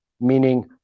meaning